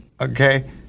Okay